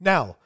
Now